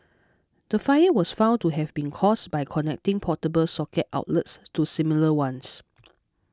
the fire was found to have been caused by connecting portable socket outlets to similar ones